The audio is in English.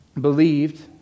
believed